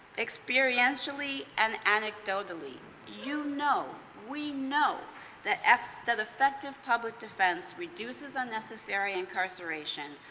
experientially and anecdotally, you know we know that that effective public defense reduces unnecessary incarceration,